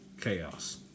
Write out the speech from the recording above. chaos